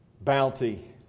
bounty